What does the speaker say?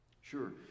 Sure